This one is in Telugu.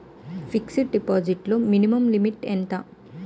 ఫిక్సడ్ డిపాజిట్ లో మినిమం లిమిట్ ఎంత?